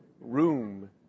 room